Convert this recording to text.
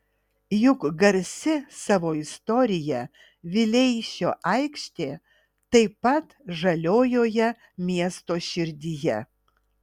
juk garsi savo istorija vileišio aikštė taip pat žaliojoje miesto širdyje